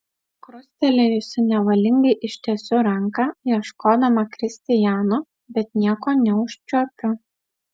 krustelėjusi nevalingai ištiesiu ranką ieškodama kristijano bet nieko neužčiuopiu